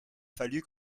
fallu